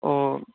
अ